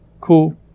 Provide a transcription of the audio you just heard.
Cool